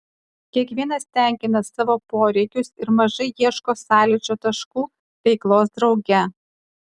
kiekvienas tenkina savo poreikius ir mažai ieško sąlyčio taškų veiklos drauge